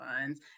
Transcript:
funds